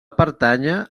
pertànyer